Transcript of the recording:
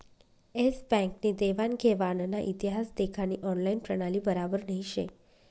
S Bank नी देवान घेवानना इतिहास देखानी ऑनलाईन प्रणाली बराबर नही शे